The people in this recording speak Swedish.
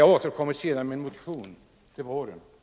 Jag återkommer med en motion till våren.